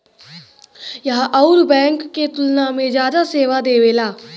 यह अउर बैंक के तुलना में जादा सेवा देवेला